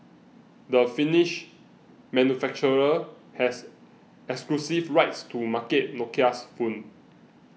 the Finnish manufacturer has exclusive rights to market Nokia's phones